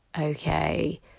okay